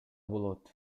болот